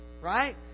right